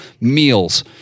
meals